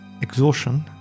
exhaustion